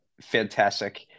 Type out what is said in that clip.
fantastic